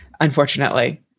unfortunately